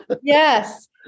yes